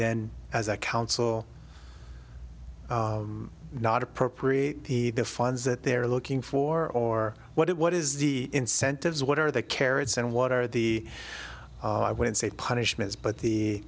then as a council not appropriate the the fines that they're looking for or what it what is the incentives what are the carrots and what are the i wouldn't say punishments but the